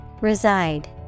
Reside